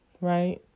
Right